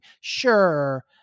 Sure